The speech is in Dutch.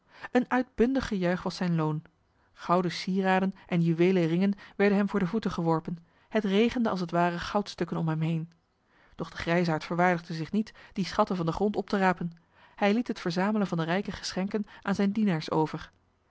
een uitbundig gejuich was zijn loon gouden sieraden en juweelen ringen werden hem voor de voeten geworpen het regende als het ware goudstukken om hem heen doch de grijsaard verwaardigde zich niet die schatten van den grond op te rapen hij liet het verzamelen van de rijke geschenken aan zijne dienaars over